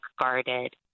guarded